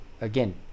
again